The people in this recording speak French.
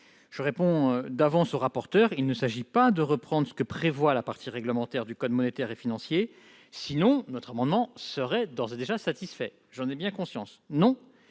un argument de M. le rapporteur : il ne s'agit pas de reprendre ce que prévoit la partie réglementaire du code monétaire et financier, auquel cas notre amendement serait d'ores et déjà satisfait ; j'en ai bien conscience.